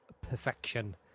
perfection